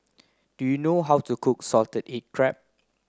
do you know how to cook salted egg crab